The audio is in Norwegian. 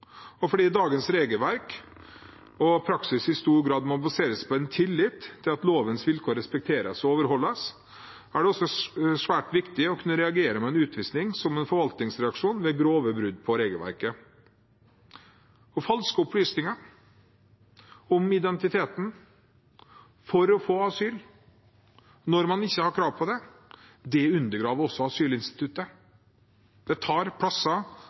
opplysninger. Fordi dagens regelverk og praksis i stor grad må baseres på tillit til at lovens vilkår respekteres og overholdes, er det også svært viktig å kunne reagere med en utvisning som en forvaltningsreaksjon ved grove brudd på regelverket. Falske opplysninger om identiteten for å få asyl når man ikke har krav på det, undergraver også asylinstituttet. Det tar plasser